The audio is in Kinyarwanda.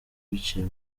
biciye